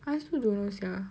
I also don't know sia